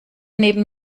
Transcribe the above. neben